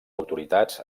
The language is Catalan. autoritats